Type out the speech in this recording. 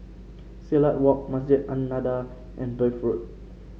Silat Walk Masjid An Nahdhah and Bath Road